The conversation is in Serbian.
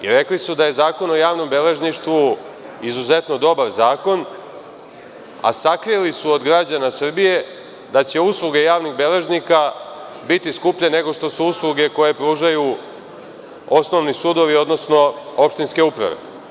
Rekli su da je Zakon o javnom beležništvu izuzetno dobar zakon, a sakrili su od građana Srbije da će usluge javnih beležnika biti skuplje nego što su usluge koje pružaju osnovni sudovi, odnosno opštinske uprave.